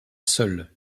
seul